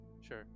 sure